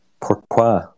Pourquoi